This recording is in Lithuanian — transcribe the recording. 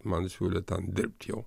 man siūlė ten dirbt jau